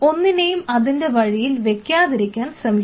ഒന്നിനെയും ഇതിൻറെ വഴിയിൽ വെക്കാതിരിക്കാൻ ശ്രമിക്കുക